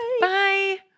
bye